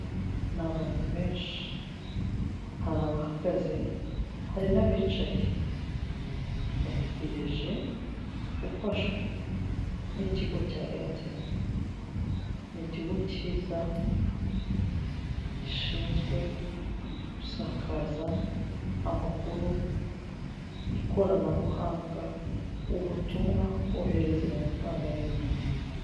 Ni abantu benshi, hari abahagaze hari n'abicaye bategereje gufashwa n'ikigo cya Airtel, ni ikigo cyiza gishinzwe gusakaza amakuru, ikoranabuhanga, ubutumwa, kohererezanya amafaranga n'ibindi.